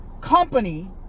company